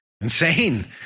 Insane